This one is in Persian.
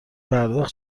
پرداخت